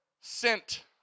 sent